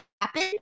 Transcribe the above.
happen